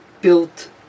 built